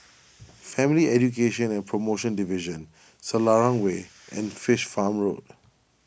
Family Education and Promotion Division Selarang Way and Fish Farm Road